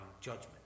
judgment